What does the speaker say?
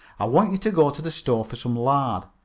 i want you to go to the store for some lard.